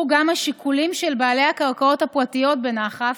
גם השיקולים של בעלי הקרקעות הפרטיות בנחף,